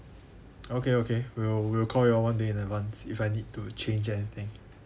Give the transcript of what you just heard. okay okay we'll we'll call you all one day in advance if I need to change anything